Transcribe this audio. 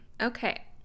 Okay